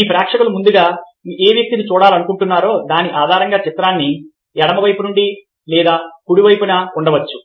మీ ప్రేక్షకులు ముందుగా ఏ వ్యక్తిని చూడాలనుకుంటున్నారో దాని ఆధారంగా చిత్రాన్ని ఎడమ వైపు లేదా కుడి వైపున ఉంచవచ్చు